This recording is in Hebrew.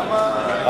למה?